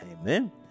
Amen